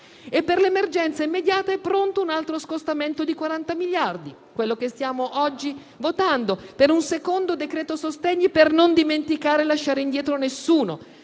Per l'emergenza immediata è pronto un altro scostamento di 40 miliardi, quello che siamo oggi votando, per un secondo decreto sostegni per non dimenticare e lasciare indietro nessuno.